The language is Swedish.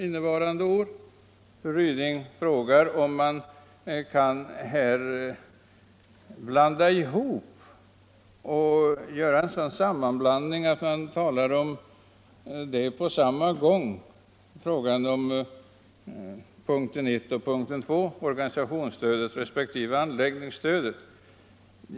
Fru Ryding frågar om man kan göra en sådan sammanblandning att man på samma gång talar om punkten 1, organisationsstödet, och punkten 2, anläggningsstödet.